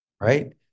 right